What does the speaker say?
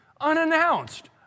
Unannounced